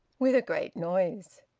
with a great noise.